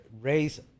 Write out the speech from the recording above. raise